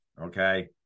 Okay